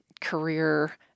career